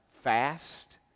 fast